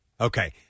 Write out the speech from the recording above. Okay